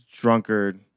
Drunkard